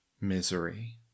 misery